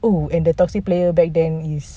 oh and the toxic player back then is